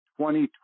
2020